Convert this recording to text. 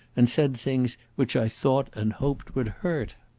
and said things which i thought and hoped would hurt.